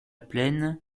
plaine